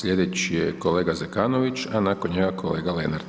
Slijedeći je kolega Zekanović a nakon njega kolega Lenart.